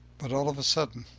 but all of a sudden